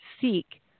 seek